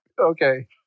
Okay